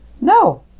No